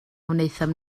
wnaethon